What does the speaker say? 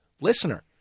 listener